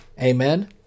Amen